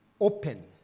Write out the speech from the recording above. open